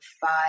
five